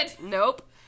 Nope